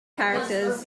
characters